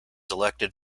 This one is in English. elected